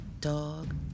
dog